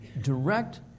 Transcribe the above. direct